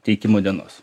teikimo dienos